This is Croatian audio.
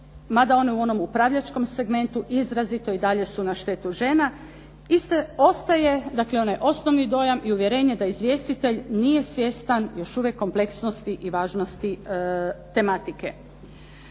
mada one u onom upravljačkom segmentu izrazito i dalje su na štetu žena. I ostaje dakle onaj osnovni dojam i uvjerenje da izvjestitelj nije svjestan još uvijek kompleksnosti i važnosti tematike.